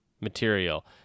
material